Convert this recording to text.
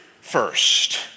first